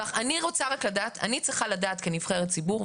אני צריכה לדעת כנבחרת ציבור,